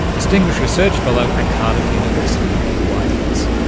distinguished research fellow at cardiff university in wales.